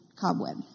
cobweb